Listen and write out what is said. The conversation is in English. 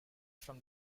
from